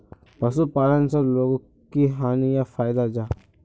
पशुपालन से लोगोक की हानि या फायदा जाहा?